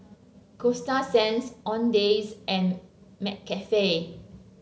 Coasta Sands Owndays and McCafe